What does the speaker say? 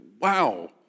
wow